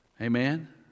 Amen